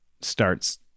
starts